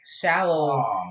shallow